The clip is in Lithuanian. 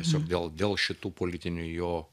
tiesiog dėl dėl šitų politinių jo